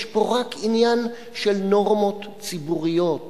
יש פה רק עניין של נורמות ציבוריות